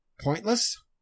pointless